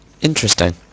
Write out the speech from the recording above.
Interesting